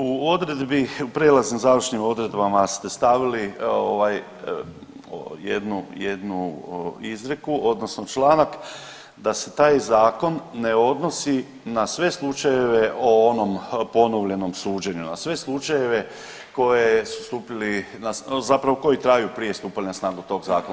U odredbi, prijelaznim i završnim odredbama ste stavili ovaj jednu, jednu izreku odnosno članak da se taj zakon ne odnosi na sve slučajeve o onom ponovljenom suđenju, na sve slučajeve koji su stupili, zapravo koji traju prije stupanja na snagu tog zakona.